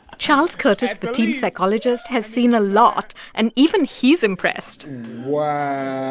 charles curtis, the team's psychologist, has seen a lot, and even he's impressed wow.